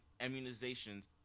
immunizations